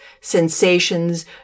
sensations